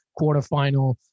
quarterfinal